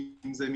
אם זה עיקולים,